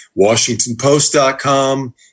WashingtonPost.com